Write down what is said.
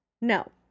No